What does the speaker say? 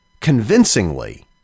convincingly